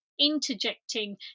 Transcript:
interjecting